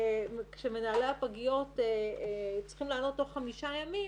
שמנהלי הפגיות צריכים לענות לתוך חמישה ימים,